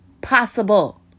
possible